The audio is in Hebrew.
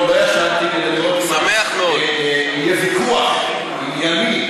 לא ישנתי, כדי לראות אם יהיה ויכוח ענייני.